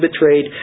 betrayed